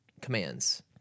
commands